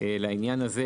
לעניין הזה,